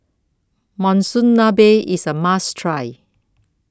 Monsunabe IS A must Try